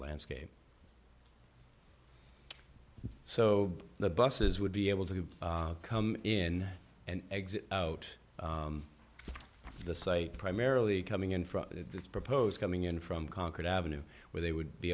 landscape so the buses would be able to come in and exit out the site primarily coming in from the proposed coming in from concord avenue where they would be